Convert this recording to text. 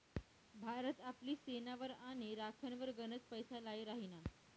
भारत आपली सेनावर आणि राखनवर गनच पैसा लाई राहिना